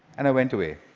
and i went away.